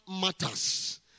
matters